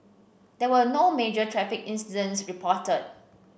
there were no major traffic incidents reported